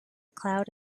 cloud